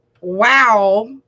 wow